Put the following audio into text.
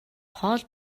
хоол